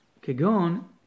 Kagon